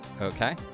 Okay